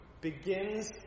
begins